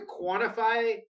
quantify